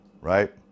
Right